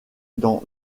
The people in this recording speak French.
dans